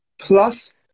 plus